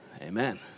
Amen